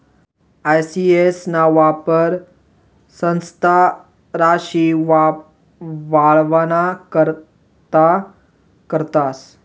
E CS ना वापर संस्था राशी वाढावाना करता करतस